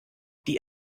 die